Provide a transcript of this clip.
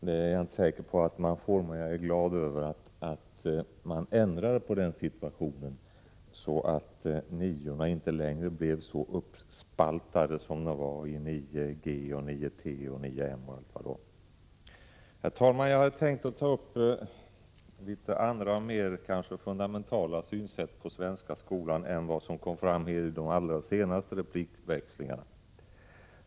Det är jag inte säker på att man får, men jag är glad över att man ändrat på den situationen, så att niorna inte längre blir så uppspaltade som förr —-i9 G,9 T och 9 M och allt vad det var. Herr talman! Jag hade tänkt ta upp några andra mer fundamentala synsätt på svenska skolan än vad som kom fram i de allra senaste replikväxlingarna.